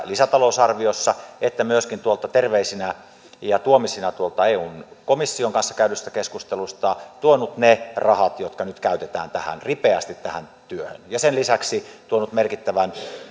lisätalousarviossa että myöskin terveisinä ja tuomisina tuolta eun komission kanssa käydystä keskustelusta tuonut ne rahat jotka nyt käytetään ripeästi tähän työhön ja sen lisäksi tuonut merkittävän